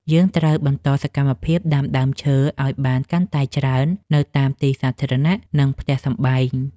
យើងត្រូវបន្តសកម្មភាពដាំដើមឈើឱ្យបានកាន់តែច្រើននៅតាមទីសាធារណៈ និងផ្ទះសម្បែង។